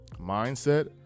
mindset